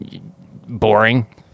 boring